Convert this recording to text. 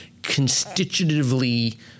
constitutively